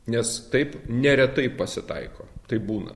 nes taip neretai pasitaiko taip būna